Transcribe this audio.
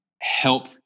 help